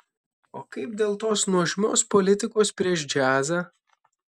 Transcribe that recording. o kaip dėl tos nuožmios politikos prieš džiazą